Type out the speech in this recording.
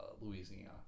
Louisiana